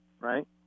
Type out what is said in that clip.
right